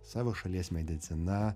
savo šalies medicina